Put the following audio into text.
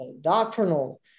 doctrinal